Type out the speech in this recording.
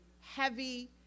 heavy